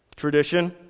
Tradition